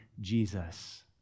Jesus